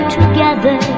together